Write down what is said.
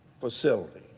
facility